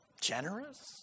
generous